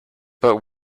but